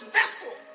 vessel